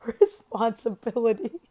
responsibility